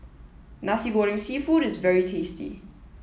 Nasi Goreng Seafood is very tasty